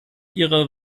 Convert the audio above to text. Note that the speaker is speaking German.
ihre